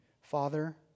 Father